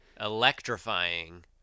electrifying